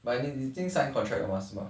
but 你已经 sign contract liao mah 是吗